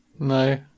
No